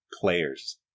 players